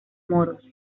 moros